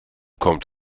kommt